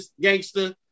gangster